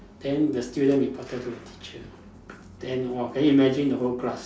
then the student reported to the teacher then !wah! can you imagine the whole class